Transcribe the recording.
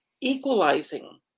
equalizing